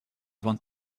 want